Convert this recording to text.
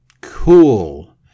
Cool